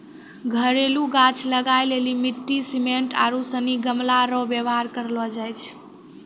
घरेलू गाछ लगाय लेली मिट्टी, सिमेन्ट आरू सनी गमलो रो वेवहार करलो जाय छै